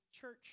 church